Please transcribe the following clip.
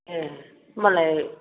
ए होनबालाय